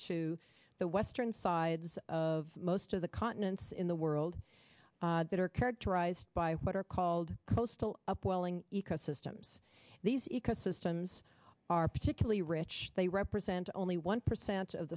to the western sides of most of the continents in the world that are characterized by what are called coastal upwelling ecosystems these ecosystems are particularly rich they represent only one percent of